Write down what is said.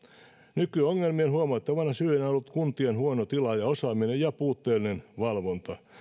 nykyongelmien huomattavana syynä on ollut kuntien huono tila ja osaaminen ja puutteellinen valvonta